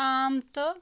عام تہٕ